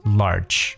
large